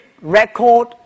record